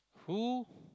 who